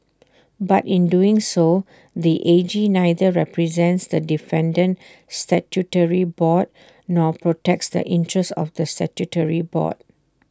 but in doing so the A G neither represents the defendant statutory board nor protects the interests of the statutory board